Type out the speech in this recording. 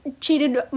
cheated